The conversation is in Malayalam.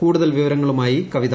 കൂടുതൽ വിവരങ്ങളുമായി കവിത